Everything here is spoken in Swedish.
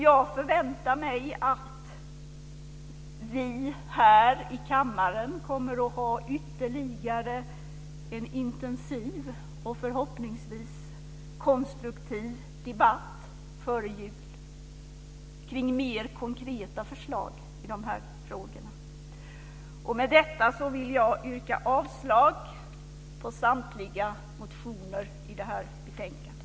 Jag förväntar mig att vi här i kammaren kommer att ha ytterligare en intensiv och förhoppningsvis konstruktiv debatt före jul kring mer konkreta förslag i de här frågorna. Med detta vill jag yrka avslag på samtliga motioner i detta betänkande.